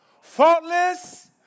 Faultless